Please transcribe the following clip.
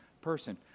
person